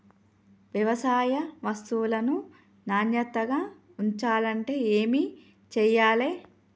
వ్యవసాయ వస్తువులను నాణ్యతగా ఉంచాలంటే ఏమి చెయ్యాలే?